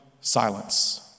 silence